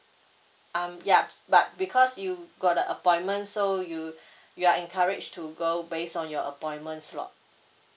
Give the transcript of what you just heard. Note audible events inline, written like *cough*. um yup but because you got the appointment so you *breath* you are encourage to go based on your appointment slot